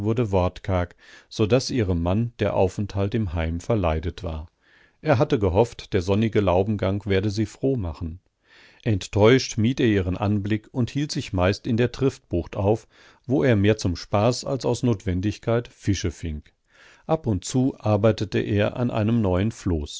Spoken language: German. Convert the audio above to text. wortkarg so daß ihrem mann der aufenthalt im heim verleidet war er hatte gehofft der sonnige laubengang werde sie froh machen enttäuscht mied er ihren anblick und hielt sich meist in der triftbucht auf wo er mehr zum spaß als aus notwendigkeit fische fing ab und zu arbeitete er an einem neuen